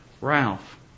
Ralph